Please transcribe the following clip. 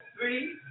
three